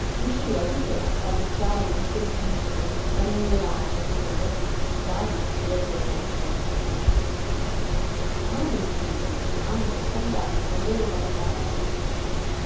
usciva tutto raffagottato intorpidito rannuvolato con gli occhi strizzati dietro le lenti da miope madre e figlio cenando scambiavano tra loro poche parole